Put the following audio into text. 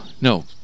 no